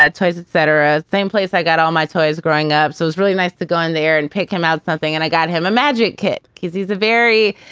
toys, etc. same place i got all my toys growing up. so it's really nice to go in there and pick him out something. and i got him a magic kit he's he's a very,